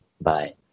Bye